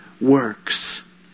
works